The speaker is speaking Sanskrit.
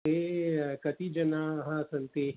ते कति जनाः सन्ति